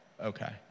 Okay